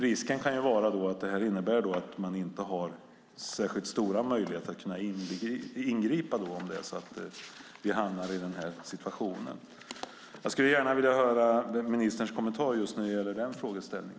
Risken är att det innebär att man inte har särskilt stora möjligheter att ingripa. Jag skulle gärna vilja höra ministerns kommentar just när det gäller den frågeställningen.